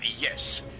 yes